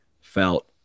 felt